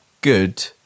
good